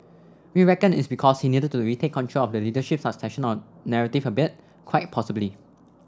we reckon it's because he needed to retake control of the leadership succession narrative a bit quite possibly